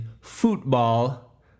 football